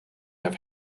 have